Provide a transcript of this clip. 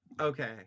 Okay